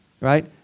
right